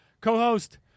co-host